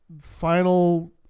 final